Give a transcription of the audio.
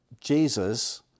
Jesus